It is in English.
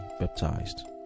baptized